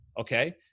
Okay